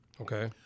Okay